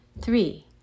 Three